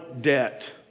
debt